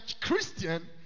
Christian